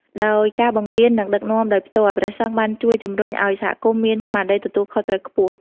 ដោយការបង្រៀន និងដឹកនាំដោយផ្ទាល់ ព្រះសង្ឃបានជួយជំរុញឱ្យសហគមន៍មាន ស្មារតីទទួលខុសត្រូវខ្ពស់។